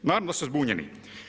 Naravno da su zbunjeni.